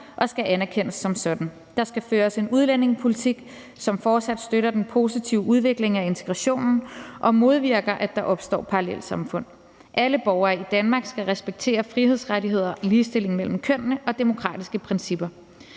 og skal anerkendes som sådan. Der skal føres en udlændingepolitik, som fortsat støtter den positive udvikling af integrationen og modvirker, at der opstår parallelsamfund. Alle borgere i Danmark skal respektere frihedsrettigheder, ligestilling mellem kønnene og demokratiske principper.